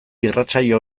irratsaio